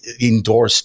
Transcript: endorsed